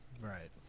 right